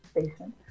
station